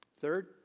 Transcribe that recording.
Third